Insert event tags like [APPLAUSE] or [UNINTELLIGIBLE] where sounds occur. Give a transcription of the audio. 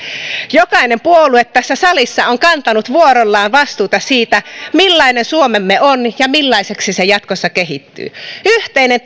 jokainen puolue tässä salissa on kantanut vuorollaan vastuuta siitä millainen suomemme on ja millaiseksi se jatkossa kehittyy yhteinen [UNINTELLIGIBLE]